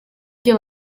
byo